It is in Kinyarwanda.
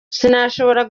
sinashobora